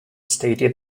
stated